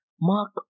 Mark